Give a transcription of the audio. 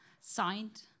signed